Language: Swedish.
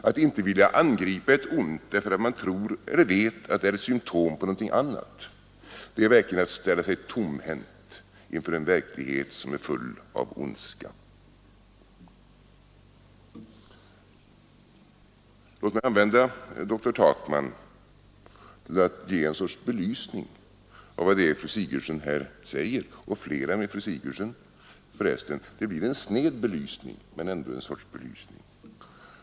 Att inte vilja angripa ett ont därför att man tror eller vet att det är symtom på någonting annat, det är verkligen att ställa sig tomhänt inför en verklighet som är full av ondska. Låt mig använda dr Takman till att ge ett slags belysning av vad det är fru Sigurdsen säger — och flera med henne, förresten. Det blir en sned belysning men ändå ett slags belysning.